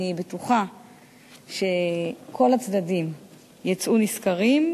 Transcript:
אני בטוחה שכל הצדדים יצאו נשכרים,